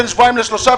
בין שבועיים לשלושה,